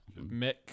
Mick